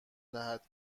دهد